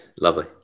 Lovely